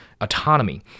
autonomy